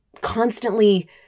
constantly